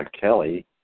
Kelly